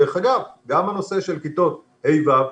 דרך אגב, גם הנושא של כיתות ה'-ו'